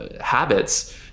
habits